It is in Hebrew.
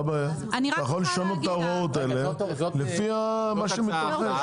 אתה יכול לשנות את ההוראות האלו לפי מה שמתרחש.